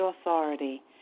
authority